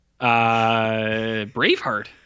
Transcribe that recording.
Braveheart